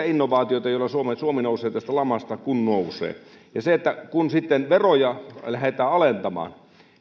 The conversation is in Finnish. innovaatioita joilla suomi nousee tästä lamasta kun nousee kun sitten veroja lähdetään alentamaan